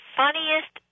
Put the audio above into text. funniest